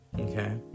okay